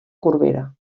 corbera